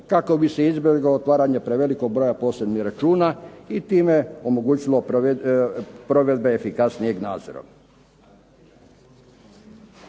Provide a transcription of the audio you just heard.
kako bi se izbjeglo otvaranje prevelikog broja posebnih računa i time omogućilo provedbe efikasnijeg nadzora.